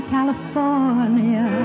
California